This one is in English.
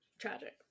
Tragic